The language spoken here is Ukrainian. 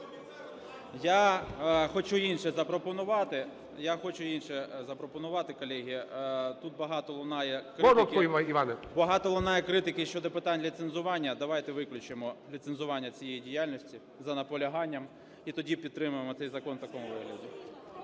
Я хочу інше запропонувати, колеги. Тут багато лунає критики щодо питань ліцензування, давайте виключимо ліцензування цієї діяльності за наполяганням. І тоді підтримаємо цей закон в такому вигляді.